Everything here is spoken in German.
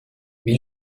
wie